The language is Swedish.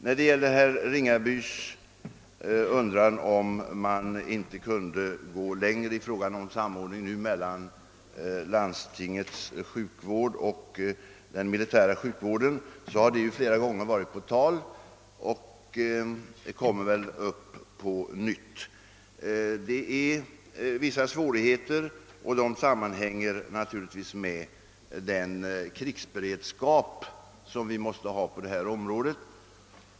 Vad beträffar herr Ringabys undran om man inte kan gå längre i fråga om samordning mellan landstingens sjukvård och den militära sjukvården har den frågan flera gånger varit på tal, och den torde komma att tas upp på nytt. Det finns vissa svårigheter, och dessa sammanhänger naturligtvis med den krigsberedskap som vi måste ha på detta område.